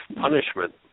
punishment